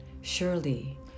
Surely